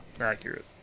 Accurate